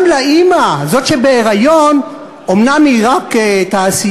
גם לאימא, זאת שבהיריון, אומנם היא רק תעשייה,